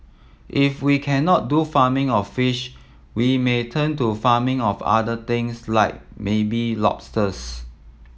if we cannot do farming of fish we may turn to farming of other things like maybe lobsters